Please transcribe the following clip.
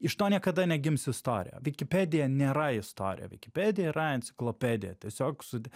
iš to niekada negims istorija vikipedija nėra istorija vikipedija yra enciklopedija tiesiog sudėt